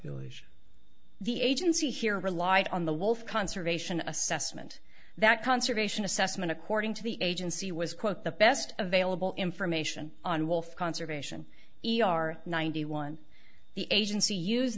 viable the agency here relied on the wolf conservation assessment that conservation assessment according to the agency was quote the best available information on wolf conservation e r ninety one the agency use